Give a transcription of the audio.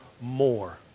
more